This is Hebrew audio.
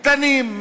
קטנים,